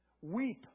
Weep